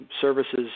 services